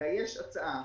אלא יש הצעה,